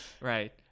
right